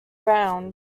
round